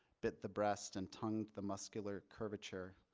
bit the breast and tongued the muscular curvature.